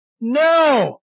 No